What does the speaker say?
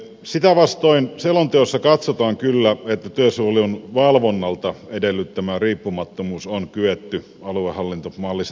sitä vastoin selonteossa katsotaan kyllä että työsuojelun valvonnalta edellytettävä riippumattomuus on kyetty aluehallintomallissa toteuttamaan